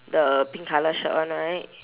the pink colour shirt one right